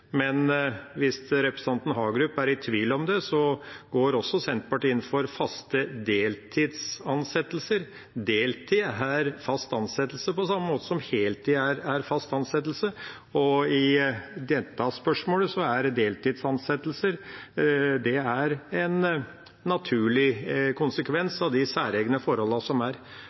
men hvis representanten Hagerup er i tvil om det, går Senterpartiet også inn for faste deltidsansettelser. Deltid er fast ansettelse på samme måte som heltid er fast ansettelse, og i dette spørsmålet er deltidsansettelser en naturlig konsekvens av de særegne forholdene som er.